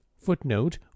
Footnote